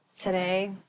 Today